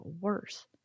worse